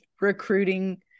recruiting